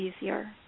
easier